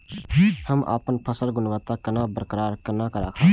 हम अपन फसल गुणवत्ता केना बरकरार केना राखब?